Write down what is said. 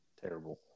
Terrible